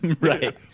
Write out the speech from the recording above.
Right